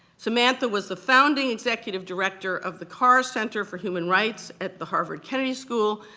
samantha was the founding executive director of the carr center for human rights at the harvard kennedy school.